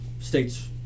states